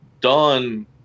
done